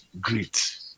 great